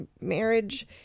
marriage